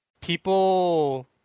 People